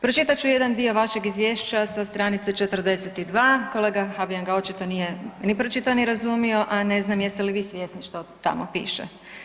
Pročitat ću jedan dio vašeg izvješća sa stranice 42 kolega Habijan ga očito nije ni pročitao, ni razumio, a ne znam jeste li vi svjesni što tamo piše.